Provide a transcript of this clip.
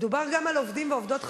מדובר גם על עובדים ועובדות חרדים.